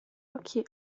occhi